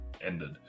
ended